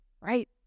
right